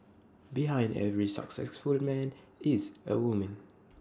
behind every successful man is A woman